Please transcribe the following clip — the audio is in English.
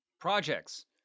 projects